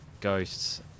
ghosts